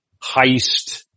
heist